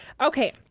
Okay